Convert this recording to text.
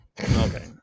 okay